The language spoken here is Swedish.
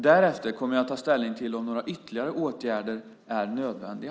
Därefter kommer jag att ta ställning till om några ytterligare åtgärder är nödvändiga.